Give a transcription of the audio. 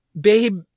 babe